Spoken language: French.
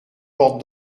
porte